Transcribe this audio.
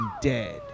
dead